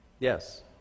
Yes